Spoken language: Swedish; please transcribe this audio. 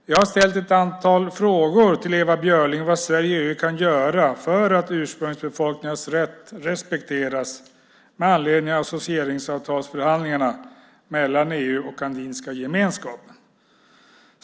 Jag har ställt ett antal frågor till Ewa Björling om vad Sverige kan göra för att ursprungsbefolkningarnas rätt respekteras med anledning av associeringsavtalsförhandlingarna mellan EU och Andinska gemenskapen.